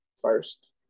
First